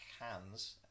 Hands